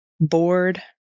bored